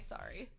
Sorry